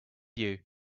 you